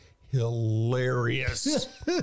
hilarious